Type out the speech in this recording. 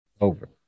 Over